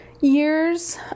years